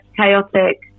chaotic